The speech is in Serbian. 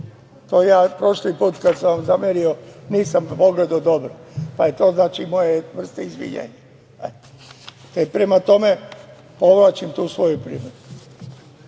Prošli put kada sam vam zamerio nisam pogledao dobro, pa je to moja vrsta izvinjenja. Prema tome, povlačim tu svoju primedbu. Što